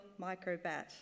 microbat